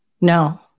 No